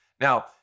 Now